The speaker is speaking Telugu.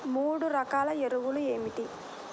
మూడు రకాల ఎరువులు ఏమిటి?